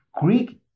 Greek